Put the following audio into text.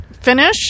finish